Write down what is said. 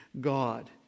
God